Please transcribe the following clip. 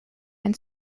ein